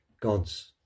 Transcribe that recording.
God's